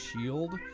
shield